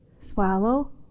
Swallow